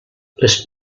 les